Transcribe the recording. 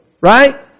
Right